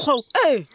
Hey